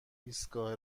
ایستگاه